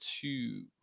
two